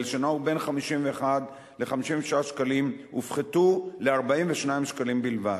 שנעו בין 51 ל-56 שקלים הופחתו ל-42 שקלים בלבד.